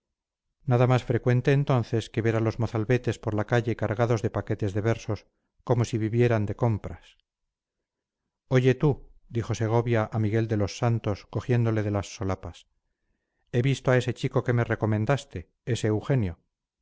nada más frecuente entonces que ver a los mozalbetes por la calle cargados de paquetes de versos como si vinieran de compras oye tú dijo segovia a miguel de los santos cogiéndole de las solapas he visto a ese chico que me recomendaste ese eugenio